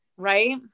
Right